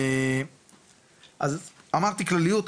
אמרתי בכלליות,